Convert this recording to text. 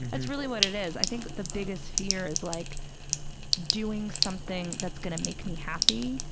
that's really what it is. i think the biggest fear is like doing something that's going to make me happy,